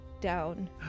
down